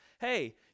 hey